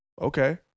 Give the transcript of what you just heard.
Okay